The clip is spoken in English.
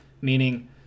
Meaning